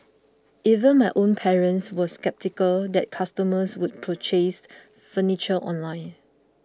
even my own parents were sceptical that customers would purchase furniture online